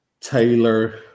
Taylor